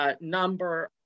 Number